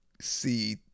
see